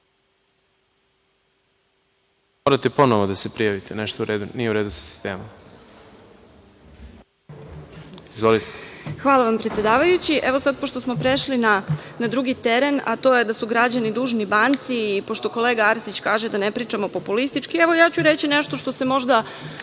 Hvala vam, predsedavajući. Pošto smo prešli na drugi teren, a to je da su građani dužni banci i pošto kolega Arsić kaže da ne pričamo populistički, evo, ja ću reći nešto što se možda